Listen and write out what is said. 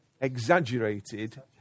Exaggerated